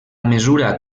mesura